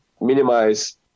minimize